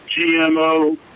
GMO